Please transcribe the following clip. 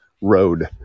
road